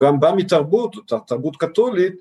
‫גם בא מתרבות, תרבות קתולית.